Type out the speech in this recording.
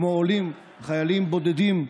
כמו עולים, חיילים בודדים,